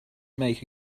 make